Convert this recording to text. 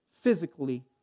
physically